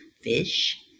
fish